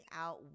out